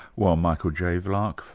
well michael j. vlach,